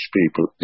people